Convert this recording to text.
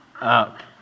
up